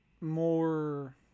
more